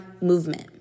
movement